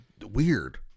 weird